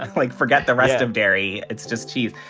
like, forget the rest of dairy it's just cheese.